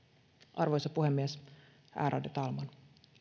arvoisa puhemies ärade talman